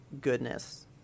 goodness